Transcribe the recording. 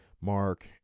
Mark